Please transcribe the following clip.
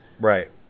Right